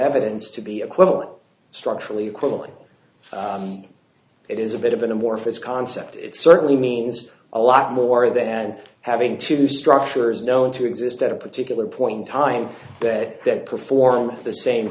evidence to be equivalent structurally equivalent it is a bit of an amorphous concept it certainly means a lot more than having two structures known to exist at a particular point in time that perform the same